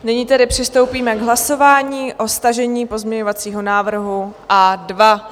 Nyní tedy přistoupíme k hlasování o stažení pozměňovacího návrhu A2.